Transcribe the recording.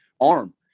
arm